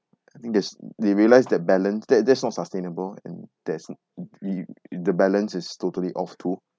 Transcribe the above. I think there's they realised that balance that that's not sustainable and there's e~ the balance is totally off too